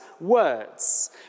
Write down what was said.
words